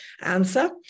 answer